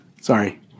Sorry